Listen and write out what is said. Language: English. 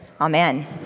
amen